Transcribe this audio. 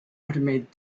automated